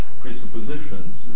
presuppositions